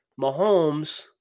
Mahomes